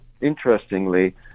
interestingly